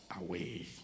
away